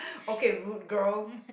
okay rude girl